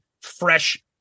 fresh